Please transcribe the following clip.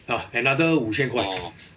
ah another 五千块